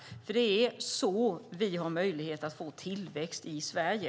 Det är så vi har möjlighet att få tillväxt i Sverige.